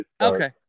Okay